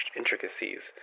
intricacies